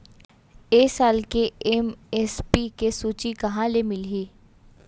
ए साल के एम.एस.पी के सूची कहाँ ले मिलही?